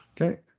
Okay